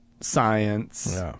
science